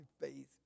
faith